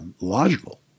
Logical